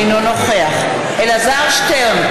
אינו נוכח אלעזר שטרן,